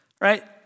right